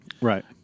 Right